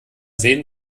sehen